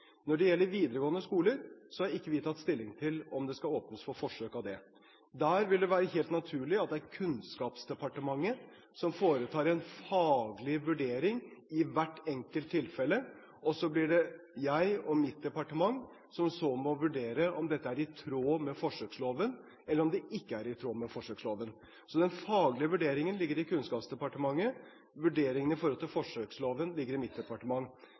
skal åpnes for forsøk av det. Der vil det være helt naturlig at det er Kunnskapsdepartementet som foretar en faglig vurdering i hvert enkelt tilfelle, og så blir det jeg og mitt departement som må vurdere om dette er i tråd med forsøksloven, eller om det ikke er i tråd med forsøksloven. Den faglige vurderingen ligger i Kunnskapsdepartementet, vurderingen i forhold til forsøksloven ligger i mitt departement.